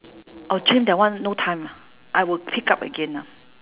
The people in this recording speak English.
oh gym that one no time lah I will pick up again ah